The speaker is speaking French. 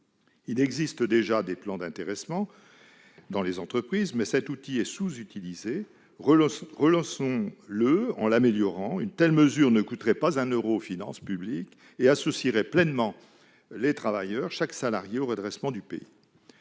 Il existe déjà des plans d'intéressement dans les entreprises, mais cet outil est sous-utilisé. Relançons-le en l'améliorant. Une telle mesure ne coûterait pas un euro aux finances publiques et associerait pleinement chaque salarié au redressement du pays.